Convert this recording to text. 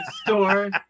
store